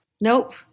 Nope